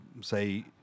say